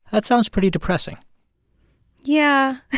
that sounds pretty depressing yeah.